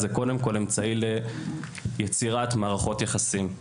היא קודם כל אמצעי ליצירת מערכות יחסים.